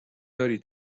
داری